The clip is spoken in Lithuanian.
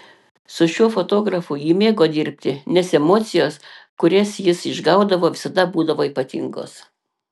su šiuo fotografu ji mėgo dirbti nes emocijos kurias jis išgaudavo visada būdavo ypatingos